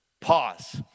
Pause